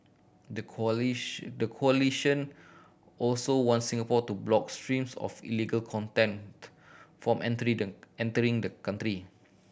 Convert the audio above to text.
the coalition the coalition also want Singapore to block streams of illegal content from entering entering the country